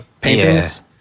paintings